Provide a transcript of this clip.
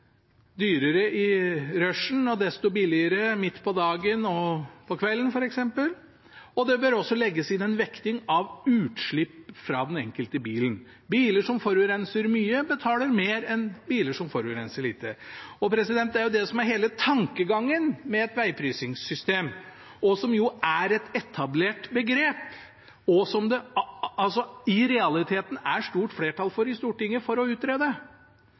dyrere i rushtida og desto billigere midt på dagen og om kvelden f.eks. Det bør også legges inn en vekting av utslipp fra den enkelte bil. Biler som forurenser mye, bør betale mer enn biler som forurenser lite. Det er det som er hele tankegangen med et vegprisingssystem, som er et etablert begrep, og i realiteten er det et stort flertall i Stortinget for å utrede det. Og for å gjenta det nok engang: Alle instansene som var på komitéhøringen, var for å utrede